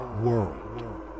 world